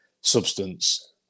substance